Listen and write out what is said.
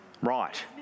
right